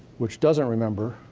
which doesn't remember,